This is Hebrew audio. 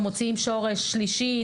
מוציאים שורש שלישי,